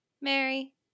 Mary